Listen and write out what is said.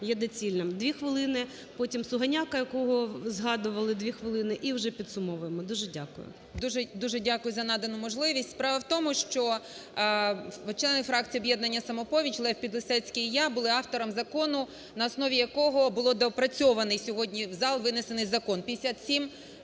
є доцільним. Дві хвилини, потім Сугоняко, якого згадували, дві хвилини, і вже підсумовуємо. Дуже дякую. 17:04:16 БАБАК А.В. Дуже дякую за надану можливість. Справа в тому, що члени фракції "Об'єднання "Самопоміч", Лев Підлісецький і я, були авторами закону, на основі якого було доопрацьований сьогодні в зал винесений закон –